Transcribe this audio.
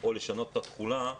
או לשנות את התחולה,